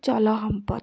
জল সম্পদ